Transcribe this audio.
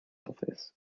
office